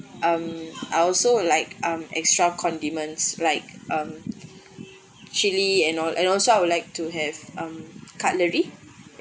um I also would like um extra condiments like mm chilli and al~ and also I would like to have mm cutlery